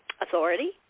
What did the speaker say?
authority